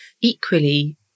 Equally